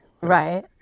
Right